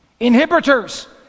Inhibitors